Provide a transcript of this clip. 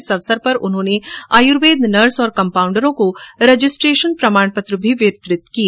इस अवसर पर उन्होंने आयुर्वेद नर्स और कंपाउंडरों को रजिस्ट्रेशन प्रमाण पत्र वितरित किए